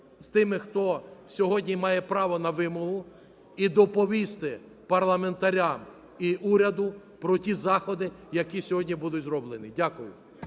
з тими, хто сьогодні має право на вимогу і доповісти парламентарям і уряду про ті заходи, які сьогодні будуть зроблені. Дякую.